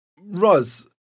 Roz